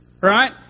right